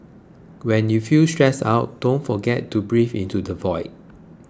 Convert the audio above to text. when you feel stressed out don't forget to breathe into the void